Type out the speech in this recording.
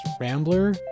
Rambler